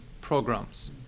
programs